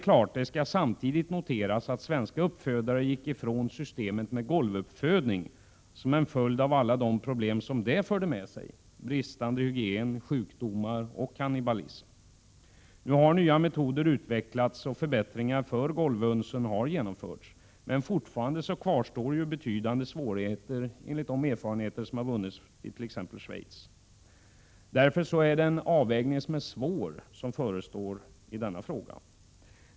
Samtidigt skall noteras att svenska uppfödare gick ifrån systemet med golvuppfödning som en följd av alla de problem detta förde med sig — bristande hygien, sjukdomar och kannibalism. Nu har nya metoder utvecklats, och förbättringar för golvhönsen har genomförts. Fortfarande kvarstår betydande svårigheter enligt de erfarenheter som har vunnits it.ex. Schweiz. Därför är det en svår avvägning som förestår i denna fråga.